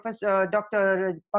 Dr